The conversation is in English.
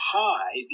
high